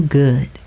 good